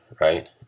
right